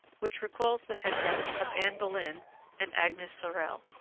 which recalls the head-dress of anne boleyn and agnes sorel.